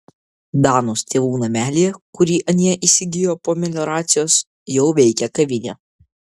danos tėvų namelyje kurį anie įsigijo po melioracijos jau veikia kavinė